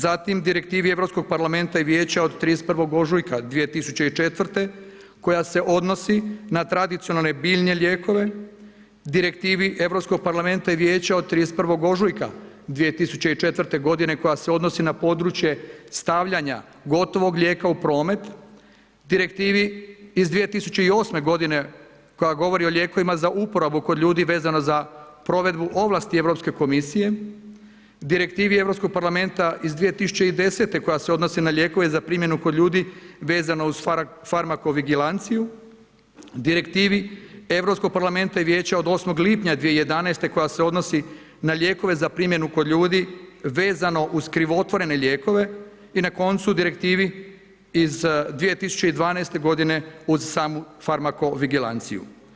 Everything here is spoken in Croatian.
Zatim Direktivi Europskog parlamenta i Vijeća od 31. ožujka 2004. koja se odnosi na tradicionalne biljne lijekove, Direktivi Europskog parlamenta i Vijeća od 31. ožujka 2004. godine koja se odnosi na područje stavljanja gotovog lijeka u promet, Direktivi iz 2008. godine koja govori o lijekovima za uporabu kod ljudi vezano za provedbu ovlasti Europske komisije, Direktivi Europskog parlamenta iz 2010. godine koja se odnosi na lijekove za primjenu kod ljudi vezano uz farmakovigilanciju, Direktivi Europskog parlamenta i Vijeća od 8. lipnja 2011. koja se odnosi na lijekove za primjenu kod ljudi vezano uz krivotvorene lijekove i na koncu, Direktivi iz 2012. godine uz samu farmakovigilanciju.